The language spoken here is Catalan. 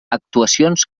actuacions